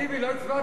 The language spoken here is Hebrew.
טיבי, לא הצבעת.